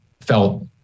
felt